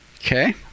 Okay